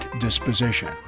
disposition